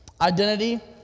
Identity